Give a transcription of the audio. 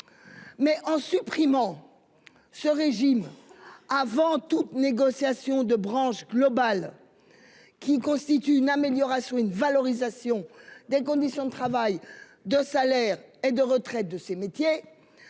Mais en supprimant ce régime avant toute négociation de branche globale aboutissant à une amélioration des conditions de travail, de salaires et de retraite de ces métiers,